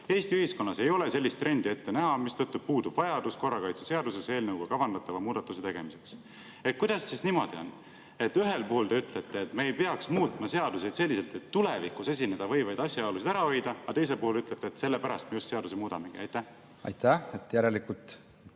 Eesti ühiskonnas ei ole sellist trendi ette näha, mistõttu puudub vajadus korrakaitseseaduses eelnõuga kavandatava muudatuse tegemiseks." Kuidas siis niimoodi on? Ühel puhul te ütlete, et me ei peaks muutma seadusi selliselt, et tulevikus esineda võivaid asjaolusid ära hoida, aga teisel puhul ütlete, et just sellepärast me seadusi muudamegi. Aitäh! Tolle eelnõu